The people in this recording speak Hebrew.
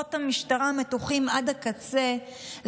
כוחות המשטרה מתוחים עד הקצה,